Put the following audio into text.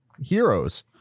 heroes